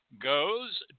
goes